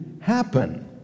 happen